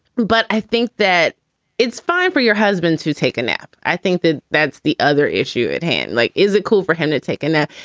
but i think that it's fine for your husbands who take a nap. i think that that's the other issue at hand. like, is it cool for him to take a nap?